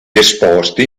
esposti